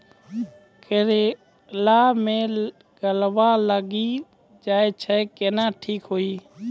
करेला मे गलवा लागी जे छ कैनो ठीक हुई छै?